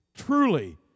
truly